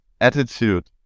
attitude